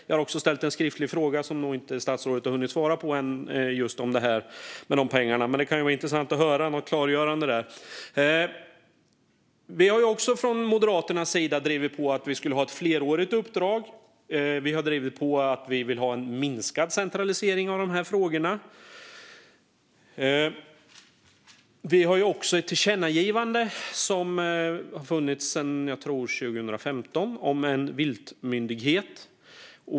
Jag har också ställt en skriftlig fråga om just dessa pengar som statsrådet nog inte har hunnit svara på än. Men det kan vara intressant att få ett klargörande av det. Från Moderaternas sida har vi drivit på om att vi skulle ha ett flerårigt uppdrag. Vi har också drivit på att vi vill ha en minskad centralisering av dessa frågor. Och vi har också ett tillkännagivande från 2015, tror jag, om en viltmyndighet.